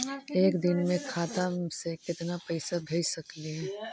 एक दिन में खाता से केतना पैसा भेज सकली हे?